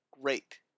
great